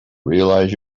realize